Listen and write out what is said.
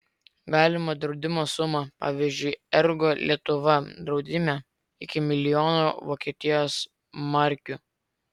galima draudimo suma pavyzdžiui ergo lietuva draudime iki milijono vokietijos markių